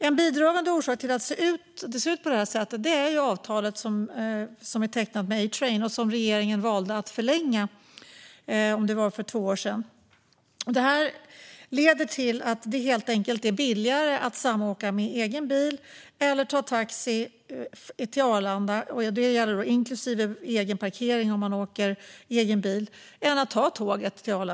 En bidragande orsak till att det ser ut på detta sätt är det avtal som tecknats med A-Train och som regeringen valde att förlänga, för två år sedan tror jag att det var. Det leder till att det helt enkelt är billigare att ta taxi eller samåka med egen bil till Arlanda, inklusive parkering, än att ta tåget.